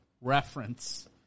reference